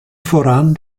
voran